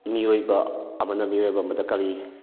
ꯃꯤꯑꯣꯏꯕ ꯑꯃꯅ ꯃꯤꯑꯣꯏꯕ ꯑꯃꯗ ꯀꯔꯤ